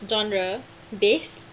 genre base